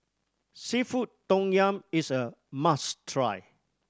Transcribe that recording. seafood tom yum is a must try